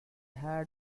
had